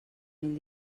mil